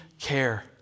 care